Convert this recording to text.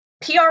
PR